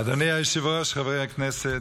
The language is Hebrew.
אדוני היושב-ראש, חברי הכנסת,